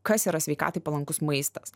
kas yra sveikatai palankus maistas